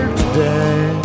today